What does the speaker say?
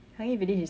changi village is